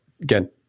again